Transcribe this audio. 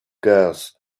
gas